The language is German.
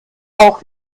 auch